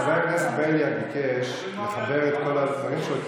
חבר הכנסת בליאק ביקש לחבר את כל הדברים שלו,